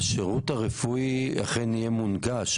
השירות הרפואי אכן יהיה מונגש.